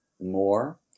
more